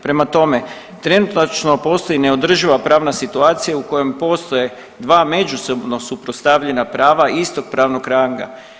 Prema tome, trenutačno postoji neodrživa pravna situacija u kojoj postoje dva međusobno suprotstavljena prava istog pravnog ranga.